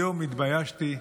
היום התביישתי,